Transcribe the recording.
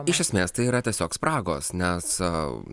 iš esmės tai yra tiesiog spragos nes